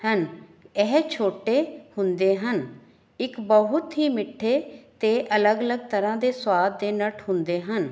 ਹਨ ਇਹ ਛੋਟੇ ਹੁੰਦੇ ਹਨ ਇੱਕ ਬਹੁਤ ਹੀ ਮਿੱਠੇ ਅਤੇ ਅਲੱਗ ਅਲੱਗ ਤਰ੍ਹਾਂ ਦੇ ਸਵਾਦ ਦੇ ਨਟ ਹੁੰਦੇ ਹਨ